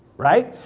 right?